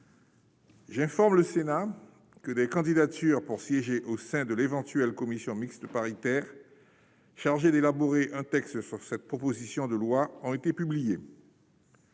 J'informe le Sénat que des candidatures pour siéger au sein de l'éventuelle commission mixte paritaire chargée d'élaborer un texte sur cette proposition de loi ont été publiés.